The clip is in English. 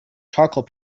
charcoal